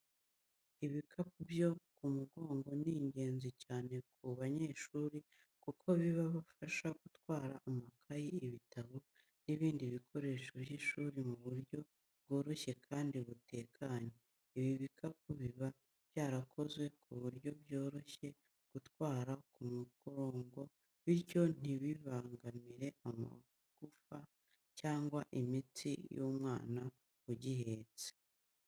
Ibikapu byo ku mugongo ni ingenzi cyane ku banyeshuri kuko bibafasha gutwara amakayi, ibitabo, n’ibindi bikoresho by’ishuri mu buryo bworoshye kandi butekanye. Ibi bikapu biba byarakozwe ku buryo byoroshye gutwarwa ku murongo, bityo ntibibangamire amagufa cyangwa imitsi y’umwana ugihetse.